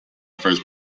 first